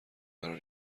قرار